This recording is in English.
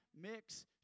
mix